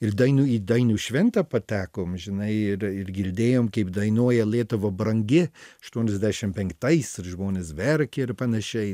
ir dainų į dainų šventę patekom žinai ir ir girdėjom kaip dainuoja lietuva brangi aštuoniasdešim penktais ir žmonės verkė ir panašiai